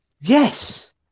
Yes